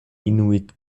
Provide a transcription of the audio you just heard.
inuit